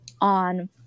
on